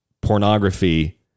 pornography